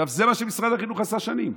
עכשיו, זה מה שמשרד החינוך עשה שנים,